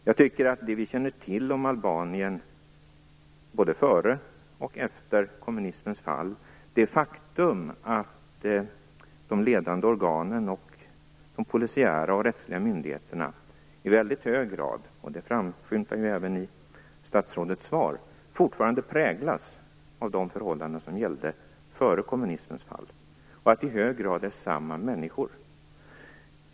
Jag tycker att det vi känner till om Albanien både före och efter kommunismens fall tyder på att de ledande organen och de polisiära och rättsliga myndigheterna i väldigt hög grad - det framskymtar även i statsrådets svar - fortfarande präglas av de förhållanden som gällde före kommunismens fall, och att det i hög grad är samma människor som verkar.